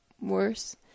worse